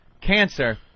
cancer